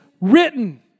written